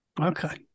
Okay